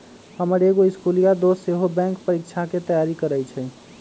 हमर एगो इस्कुलिया दोस सेहो बैंकेँ परीकछाके तैयारी करइ छइ